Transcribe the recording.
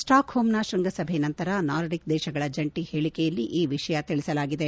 ಸ್ಟಾಕ್ಹೋಮ್ನ ಶೃಂಗಸಭೆ ನಂತರ ನಾರ್ಡಿಕ್ ದೇಶಗಳ ಜಂಟಿ ಹೇಳಿಕೆಯಲ್ಲಿ ಈ ವಿಷಯ ತಿಳಿಸಲಾಗಿದೆ